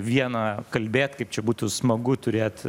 viena kalbėt kaip čia būtų smagu turėt